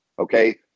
Okay